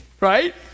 right